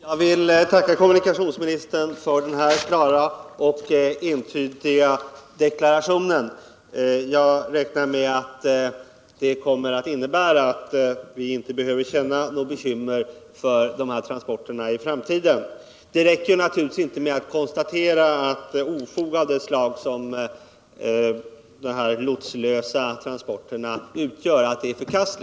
I samband med en naturlig reaktion mot sjöfartsverkets beslut att dra in bemanningen vid Måseskärs fyr gjorde generaldirektören i sjöfartsverket ett uttalande enligt vilket man inom verket överväger att upprätta någon form av observationsstationer för att motverka det negativa resultatet av att det mänskliga ”vakande ögat” nu försvinner vid samtliga fyrplatser på västkusten.